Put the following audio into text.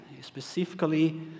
specifically